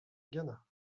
gannat